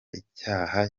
icyaha